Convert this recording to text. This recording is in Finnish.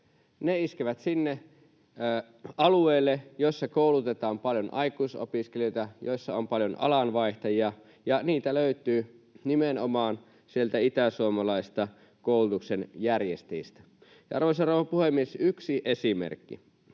Ne iskevät sinne alueille, joissa koulutetaan paljon aikuisopiskelijoita, joissa on paljon alanvaihtajia, ja niitä löytyy nimenomaan sieltä itäsuomalaisista koulutuksen järjestäjistä. Arvoisa rouva puhemies! Yksi esimerkki: